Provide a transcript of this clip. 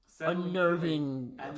unnerving